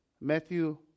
Matthew